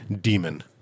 demon